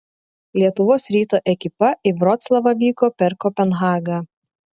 lietuvos ryto ekipa į vroclavą vyko per kopenhagą